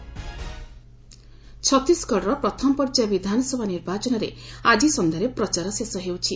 Chhattisgarh campaigning ଛତିଶଗଡ଼ର ପ୍ରଥମ ପର୍ଯ୍ୟାୟ ବିଧାନସଭା ନିର୍ବାଚନରେ ଆଜି ସନ୍ଧ୍ୟାରେ ପ୍ରଚାର ଶେଷ ହେଉଛି